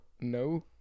No